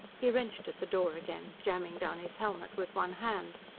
he wrenched at the door again, jamming down his helmet with one hand.